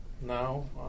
now